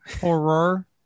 horror